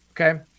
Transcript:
okay